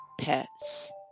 pets